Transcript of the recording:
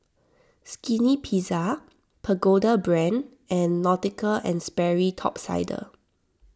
Skinny Pizza Pagoda Brand and Nautica and Sperry Top Sider